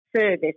service